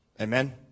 Amen